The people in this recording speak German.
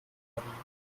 haben